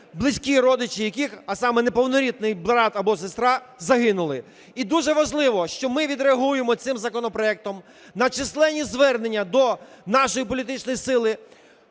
близькі родичі яких, а саме неповнорідний брат або сестра, загинули. І дуже важливо, що ми відреагуємо цим законопроектом на численні звернення до нашої політичної сили